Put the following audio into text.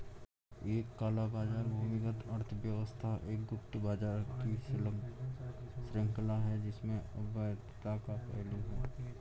एक काला बाजार भूमिगत अर्थव्यवस्था एक गुप्त बाजार की श्रृंखला है जिसमें अवैधता का पहलू है